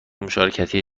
مشارکتی